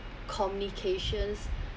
communications